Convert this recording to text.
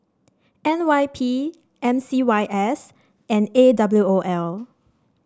N Y P M C Y S and A W O L